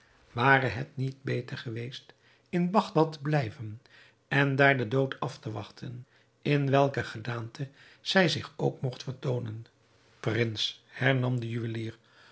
ware het niet beter geweest in bagdad te blijven en daar den dood af te wachten in welke gedaante hij zich ook mogt vertoonen prins hernam de juwelier